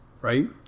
right